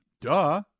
Duh